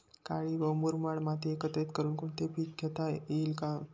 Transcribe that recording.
काळी व मुरमाड माती एकत्रित करुन कोणते पीक घेता येईल का?